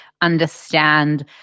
understand